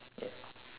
yes